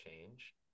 change